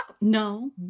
No